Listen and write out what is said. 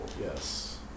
yes